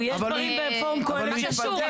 יש דברים בפורום קהלת שהם --- מה קשור?